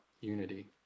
unity